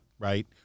right